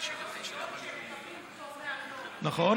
שמקבלים פטור מארנונה, נכון.